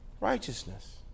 Righteousness